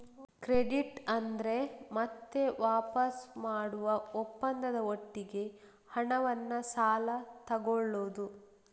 credit ಅಂದ್ರೆ ಮತ್ತೆ ವಾಪಸು ಮಾಡುವ ಒಪ್ಪಂದದ ಒಟ್ಟಿಗೆ ಹಣವನ್ನ ಸಾಲ ತಗೊಳ್ಳುದು